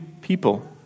people